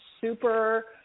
super